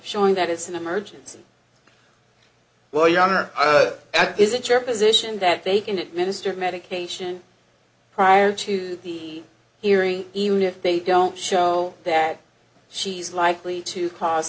showing that it's an emergency well your honor is it your position that they can administer medication prior to the hearing even if they don't show that she's likely to cause